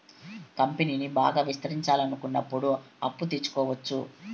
కంపెనీని బాగా విస్తరించాలనుకున్నప్పుడు అప్పు తెచ్చుకోవచ్చు